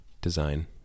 design